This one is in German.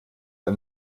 ein